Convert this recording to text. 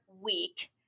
week